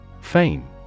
Fame